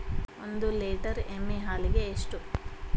ಒಂದು ಲೇಟರ್ ಎಮ್ಮಿ ಹಾಲಿಗೆ ಎಷ್ಟು?